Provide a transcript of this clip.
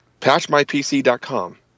Patchmypc.com